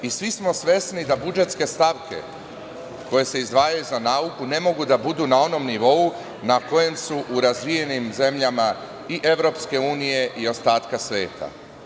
Svi smo svesni da budžetske stavke, koje se izdvajaju za nauku, ne mogu da budu na onom nivou na kojem su u razvijenim zemljama i EU i ostatak sveta.